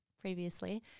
previously